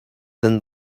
then